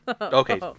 Okay